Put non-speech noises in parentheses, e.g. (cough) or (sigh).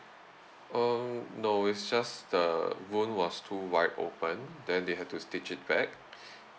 um no it's just the bone was too wide open then they have to stitch it back (breath)